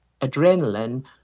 adrenaline